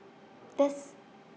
that's